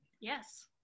Yes